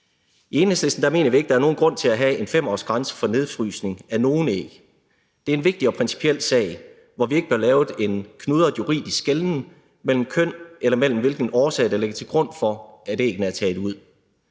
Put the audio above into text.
I Enhedslisten mener vi ikke, der er nogen grund til at have en 5-årsgrænse for nedfrysning af nogen æg. Det er en vigtig og principiel sag, hvor vi ikke bør lave en knudret juridisk skelnen mellem køn eller hvilke årsager, der er til, at æggene er taget ud.